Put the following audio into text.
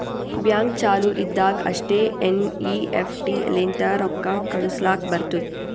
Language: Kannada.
ಬ್ಯಾಂಕ್ ಚಾಲು ಇದ್ದಾಗ್ ಅಷ್ಟೇ ಎನ್.ಈ.ಎಫ್.ಟಿ ಲಿಂತ ರೊಕ್ಕಾ ಕಳುಸ್ಲಾಕ್ ಬರ್ತುದ್